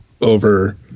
over